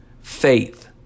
faith